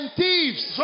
thieves